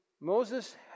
Moses